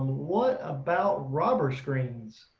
what about robber screens?